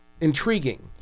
intriguing